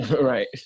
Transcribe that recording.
Right